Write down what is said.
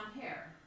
hair